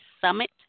Summit